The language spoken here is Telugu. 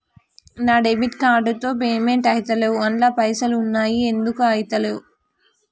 నా డెబిట్ కార్డ్ తో పేమెంట్ ఐతలేవ్ అండ్ల పైసల్ ఉన్నయి ఎందుకు ఐతలేవ్?